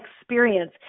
experience